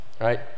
right